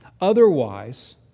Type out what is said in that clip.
Otherwise